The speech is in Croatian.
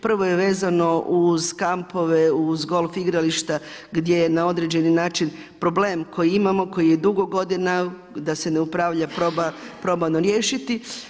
Prvo je vezano uz kampove uz golf igrališta gdje na određeni način problem koji imamo, koji je dugo godina da se ne upravlja probano riješiti.